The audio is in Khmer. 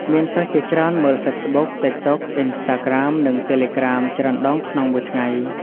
មានសិស្សជាច្រើនមើល Facebook, TikTok, Instagram និង Telegram ច្រើនដងក្នុងមួយថ្ងៃ។